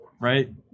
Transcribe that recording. right